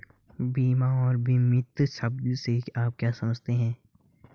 बीमा और बीमित शब्द से आप क्या समझते हैं?